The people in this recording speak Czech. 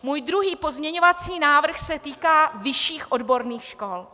Můj druhý pozměňovací návrh se týká vyšších odborných škol.